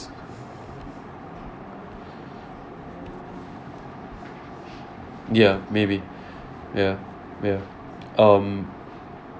ya maybe ya ya um